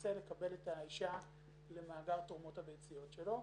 שמנסה לקבל את האישה למאגר תורמות הביציות שלו.